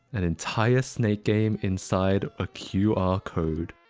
an entire snake game inside a qr ah code.